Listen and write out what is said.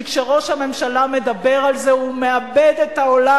כי כשראש הממשלה מדבר על זה, הוא מאבד את העולם.